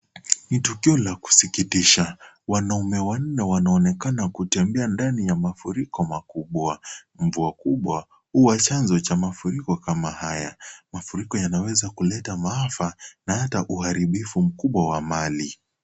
Ni tukio la kusikitisha, wanaume wanne wanaonekana kutembea ndani ya mafuriko makubwa. Mvua kubwa huwa chanzo cha mafuriko haya. Mafuriko yanaweza kuleta maafa na hata uharibifu mkubwa wa mali.